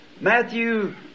Matthew